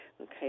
Okay